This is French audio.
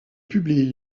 publient